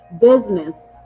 business